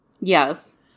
Yes